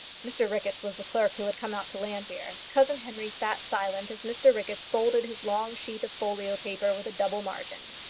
mr ricketts was the clerk who had come out to llanfeare. cousin henry sat silent as mr ricketts folded his long sheet of folio paper with a double margin.